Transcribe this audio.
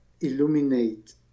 illuminate